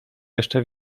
jeszcze